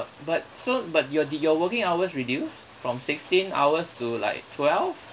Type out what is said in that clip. but so but your d~ your working hours reduced from sixteen hours to like twelve